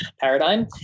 paradigm